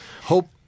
Hope